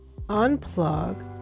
unplug